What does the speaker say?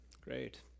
Great